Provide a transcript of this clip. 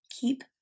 Keep